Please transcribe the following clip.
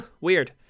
weird